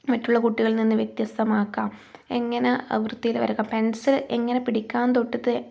മറ്റുള്ള കുട്ടികളിൽ നിന്ന് വ്യത്യസ്തമാക്കാം എങ്ങനെ വൃത്തിയിൽ വരയ്ക്കാം പെൻസിൽ എങ്ങനെ പിടിക്കാം തൊട്ട്